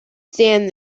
stand